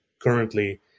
currently